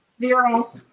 Zero